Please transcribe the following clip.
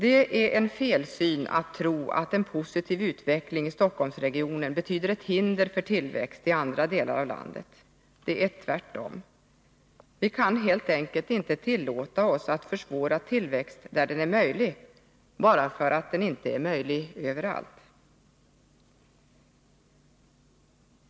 Det är en felsyn att tro att en positiv utveckling i Stockholmsregionen betyder ett hinder för tillväxt i andra delar av landet. Det är tvärtom. Vi kan helt enkelt inte tillåta oss att försvåra tillväxt där den är möjlig, bara för att den inte är möjlig överallt.